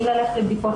מפחדים ללכת לבדיקות,